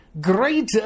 greater